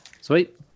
Sweet